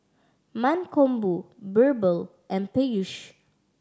Mankombu Birbal and Peyush